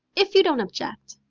if you don't object.